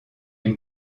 une